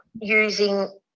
using